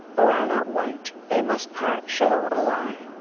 or are not white, they must part show a lie.